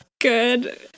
good